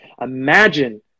imagine